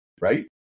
right